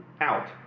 out